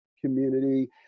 community